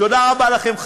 תודה רבה לכם,